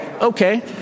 okay